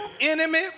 enemy